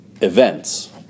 events